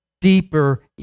deeper